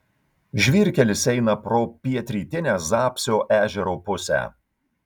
žvyrkelis eina pro pietrytinę zapsio ežero pusę